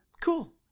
cool